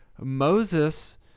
Moses